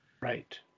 Right